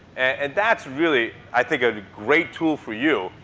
and that's, really, i think a great tool for you,